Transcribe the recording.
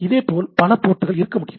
இதைப்போல் பல போர்ட்கள் இருக்க முடியும்